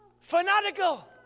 Fanatical